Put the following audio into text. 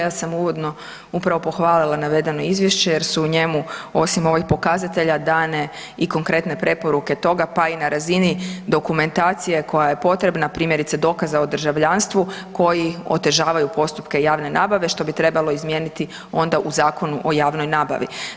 Ja sam uvodno upravo pohvalila navedeno izvješće jer su u njemu osim ovih pokazatelja dane i konkretne preporuke toga, pa i na razini dokumentacije koja je potrebna, primjerice dokaza o državljanstvu koji otežavaju postupke javne nabave, što bi trebalo izmijeniti onda u Zakonu o javnoj nabavi.